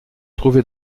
trouver